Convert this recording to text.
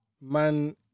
Man